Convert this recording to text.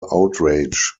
outrage